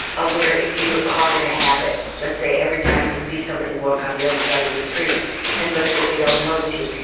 aware if you're caught in a habit. let's say every time you see somebody walk on the other side of the street and let's say they don't notice you,